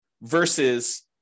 versus